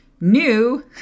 new